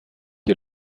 you